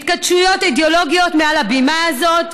התכתשויות אידיאולוגיות מעל הבימה הזאת,